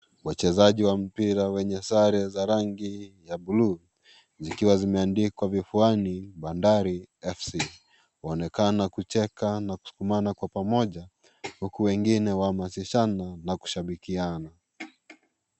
Wachezaji wa mpira wenye sare za rangi ya blue , zikiwa zimeandikwa vifuani, bandari fc. Huonekana kucheka na kusukumana kwa pamoja, huku wengine huamasishangu na kushabikiana.